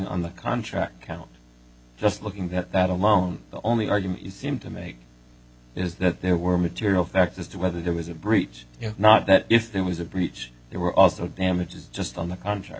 on the contract count just looking at that amount the only argument you seem to make is that there were material factors to whether there was a breach not that if there was a breach there were also damages just on the contract